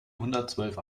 hundertzwölf